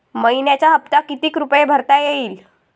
मइन्याचा हप्ता कितीक रुपये भरता येईल?